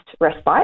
respite